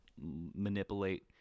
manipulate